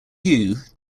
did